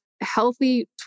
healthy